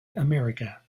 america